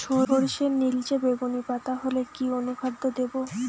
সরর্ষের নিলচে বেগুনি পাতা হলে কি অনুখাদ্য দেবো?